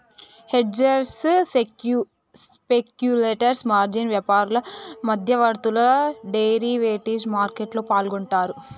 hedgers, speculators, margin వ్యాపారులు, మధ్యవర్తులు derivative మార్కెట్లో పాల్గొంటరు